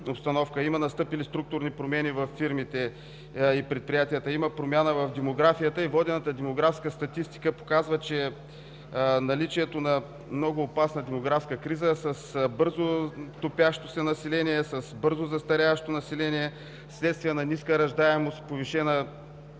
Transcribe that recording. има настъпили структурни промени във фирмите и предприятията, има промяна в демографията – водената демографска статистика показва, че е наличие на много опасна демографска криза с бързо топящо се население, с бързо застаряващо население вследствие на ниска раждаемост, повишена